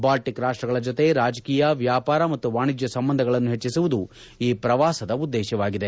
Baltic ರಾಷ್ಟಗಳ ಜೊತೆ ರಾಜಕೀಯ ವ್ಚಾಪಾರ ಮತ್ತು ವಾಣಿಜ್ಯ ಸಂಬಂಧಗಳನ್ನು ಹೆಚ್ಚಿಸುವುದು ಈ ಪ್ರವಾಸದ ಉದ್ದೇಶವಾಗಿದೆ